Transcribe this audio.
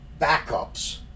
backups